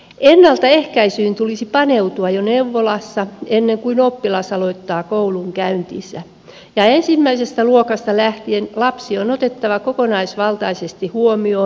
ennaltaehkäisyyn tulisi paneutua jo neuvolassa ennen kuin oppilas aloittaa koulunkäyntinsä ja ensimmäisestä luokasta lähtien lapsi on otettava kokonaisvaltaisesti huomioon